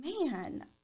man